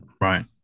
right